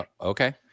Okay